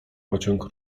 pociąg